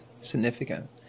significant